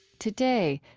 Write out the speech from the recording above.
today,